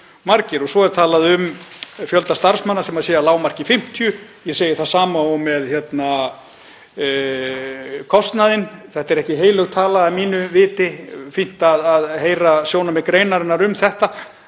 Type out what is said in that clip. Svo er talað um fjölda starfsmanna, sem sé að lágmarki 50. Ég segi það sama og með kostnaðinn, þetta er ekki heilög tala að mínu viti, og fínt að heyra sjónarmið greinarinnar um það.